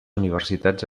universitats